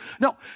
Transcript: No